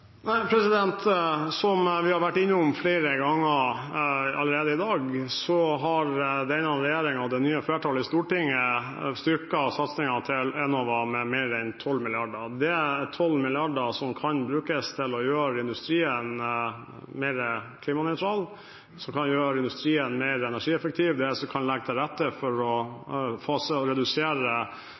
Som vi allerede har vært innom flere ganger i dag, har denne regjeringen og det nye flertallet i Stortinget styrket satsingen til Enova med mer enn 12 mrd. kr. Det er 12 mrd. kr som kan brukes til å gjøre industrien mer klimanøytral, som kan gjøre industrien mer energieffektiv, som kan legge til rette for å fase ut og redusere